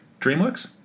DreamWorks